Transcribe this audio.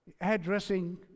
addressing